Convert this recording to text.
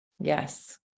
Yes